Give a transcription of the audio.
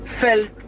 felt